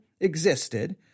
existed